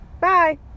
Bye